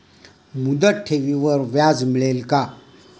मुदत ठेवीवर व्याज मिळेल का?